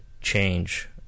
change